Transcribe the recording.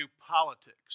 politics